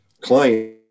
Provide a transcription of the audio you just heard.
client